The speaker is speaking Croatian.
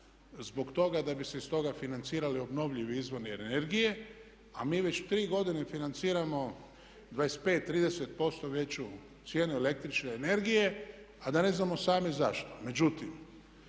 zbog toga da bi se iz toga financirali obnovljivi izvori energije, a mi već tri godine financiramo 25, 30% veću cijenu električne energije, a da ne znamo sami zašto. Međutim,